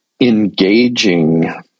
engaging